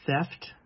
theft